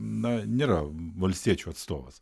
na nėra valstiečių atstovas